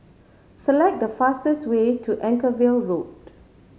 select the fastest way to Anchorvale Road